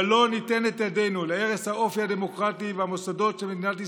אבל לא ניתן את ידינו להרס האופי הדמוקרטי והמוסדות של מדינת ישראל.